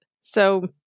So-